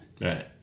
Right